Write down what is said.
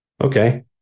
Okay